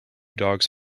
dogs